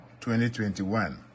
2021